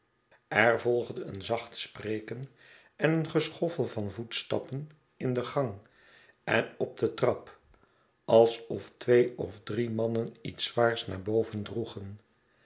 er volgde een zacht spreken en een geschoffel van voetstappen in den gang en op de trap alsof twee of drie mannen iets zwaars naar boven droegen